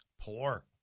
Poor